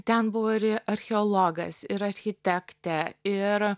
ten buvo ir archeologas ir architektė ir